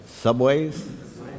Subways